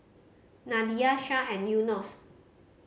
Nadia Shah and Yunos